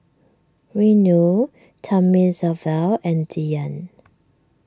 Renu Thamizhavel and Dhyan